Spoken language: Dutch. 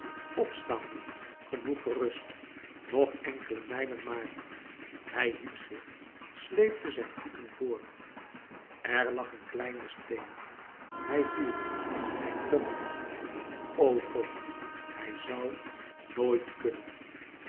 opstaan nu genoeg gerust nog enkele mijlen maar hij hief zich sleepte zijne voeten voort er lag een kleine steen hij viel hij kon niet o god hij zoû nooit kunnen